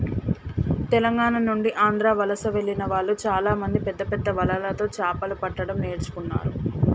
తెలంగాణ నుండి ఆంధ్ర వలస వెళ్లిన వాళ్ళు చాలామంది పెద్దపెద్ద వలలతో చాపలు పట్టడం నేర్చుకున్నారు